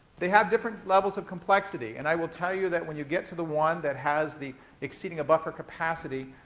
they have different levels of complexity. and i will tell you that, when you get to the one that has the exceeding a buffer capacity,